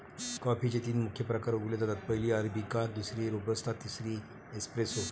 कॉफीचे तीन मुख्य प्रकार उगवले जातात, पहिली अरेबिका, दुसरी रोबस्टा, तिसरी एस्प्रेसो